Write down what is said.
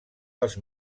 dels